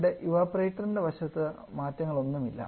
ഇവിടെ ഇവപൊറേറ്ററിൻറെ വശത്ത് മാറ്റങ്ങളൊന്നുമില്ല